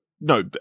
No